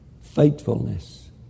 Faithfulness